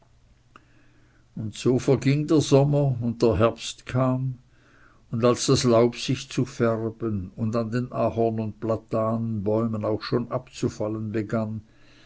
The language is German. und so verging der sommer und der herbst kam und als das laub sich zu färben und an den ahorn und platanenbäumen auch schon abzufallen begann